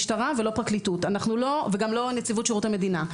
אנחנו לא משטרה ולא פרקליטות וגם לא נציבות שירות המדינה,